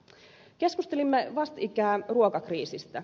keskustelimme vastikään ruokakriisistä